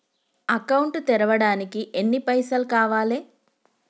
Account తెరవడానికి ఎన్ని పైసల్ కావాలే?